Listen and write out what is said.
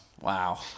Wow